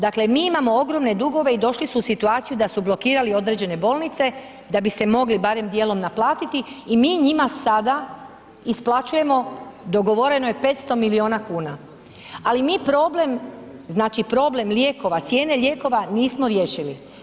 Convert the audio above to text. Dakle, mi imamo ogromne dugove i došli su u situaciju da su blokirali određene bolnice da bi se mogli barem dijelom naplatiti i mi njima sada isplaćujemo, dogovoreno je 500 milijuna kuna, ali mi problem, znači problem lijekova, cijene lijekova nismo riješili.